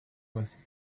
was